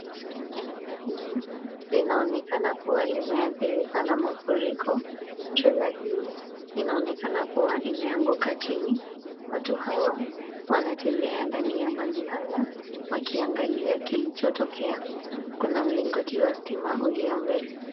Eneo hili linaonekana kuwa limeathirika na mafuriko, trela hii inaonekana kuwa imeanguka chini. Watu hawa wanatembea ndani ya maji haya wakiangalia kilichotokea. Kuna mlingoti wa stima ulio mbele.